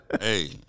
Hey